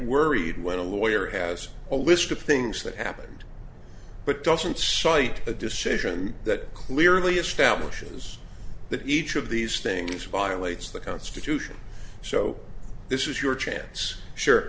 worried when a lawyer has a list of things that happened but doesn't cite a decision that clearly establishes that each of these things violates the constitution so this is your chance sure